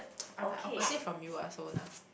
I am like opposite from you ah so nah